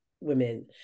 women